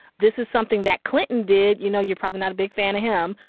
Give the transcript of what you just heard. this is something that clinton did. you know, you're probably not a big fan of him.